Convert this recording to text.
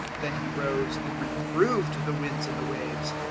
then he rose and reproved the winds and the waves,